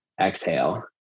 exhale